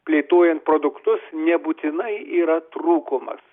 plėtojant produktus nebūtinai yra trūkumas